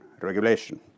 regulation